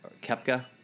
Kepka